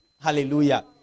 hallelujah